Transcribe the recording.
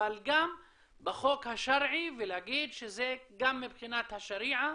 אבל גם בחוק השרעי ולהגיד שגם מבחינת השריעה